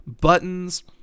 buttons